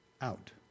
out